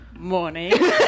Morning